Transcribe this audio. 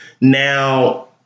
Now